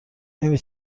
نمی